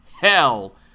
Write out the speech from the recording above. hell